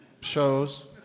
shows